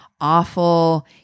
awful